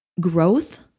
growth